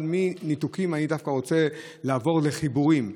אבל מניתוקים אני דווקא רוצה לעבור לחיבורים.